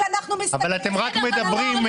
אבל אתם רק מדברים,